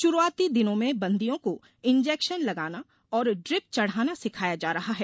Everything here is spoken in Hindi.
शुरूआती दिनों में बंदियों को इंजेक्शन लगाना और ड्रिप चढ़ाना सिखाया जा रहा है